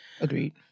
Agreed